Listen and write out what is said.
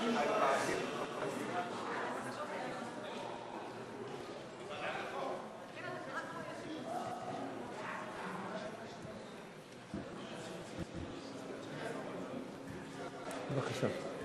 בבקשה.